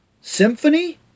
Symphony